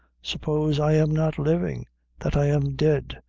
suppose i am not living that i am dead.